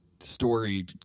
story